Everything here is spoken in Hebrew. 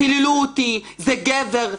קיללו אותי: "זה גבר",